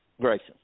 Grayson